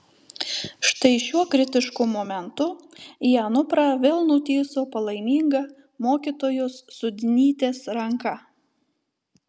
štai šiuo kritišku momentu į anuprą vėl nutįso palaiminga mokytojos sudnytės ranka